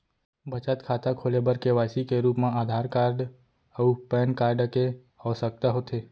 बचत खाता खोले बर के.वाइ.सी के रूप मा आधार कार्ड अऊ पैन कार्ड के आवसकता होथे